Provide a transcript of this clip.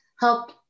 help